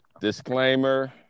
disclaimer